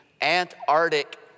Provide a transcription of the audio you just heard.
Antarctic